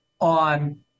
on